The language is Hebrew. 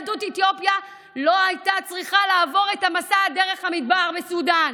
יהדות אתיופיה לא הייתה צריכה לעבור את המסע דרך המדבר בסודאן,